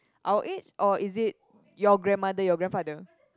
our age or is it your grandmother your grandfather